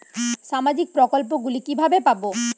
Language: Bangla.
সামাজিক প্রকল্প গুলি কিভাবে পাব?